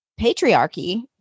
patriarchy